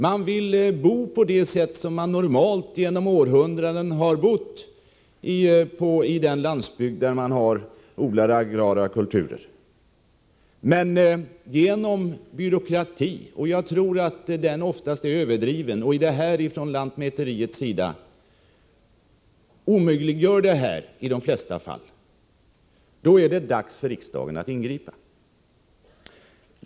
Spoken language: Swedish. Man vill bo på det sätt som genom århundraden varit det normala i en landsbygd där man odlar agrara kulturer. Men byråkratin — jag tror att den oftast är överdriven — och i det här sammanhanget agerandet från lantmäteriets sida omöjliggör sådant här i de flesta fall, och då är det dags för riksdagen att ingripa.